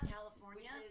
California